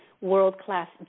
world-class